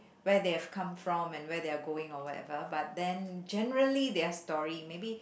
where they have come from and where they are going or whatever but then generally their story maybe